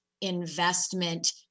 investment